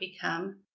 become